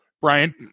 Brian